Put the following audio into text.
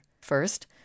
first